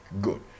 good